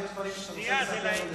אם יש דברים שאתה רוצה לספר לו,